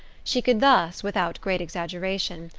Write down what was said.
she could thus, without great exaggeration,